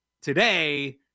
today